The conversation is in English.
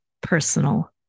personal